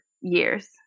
years